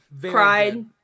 Cried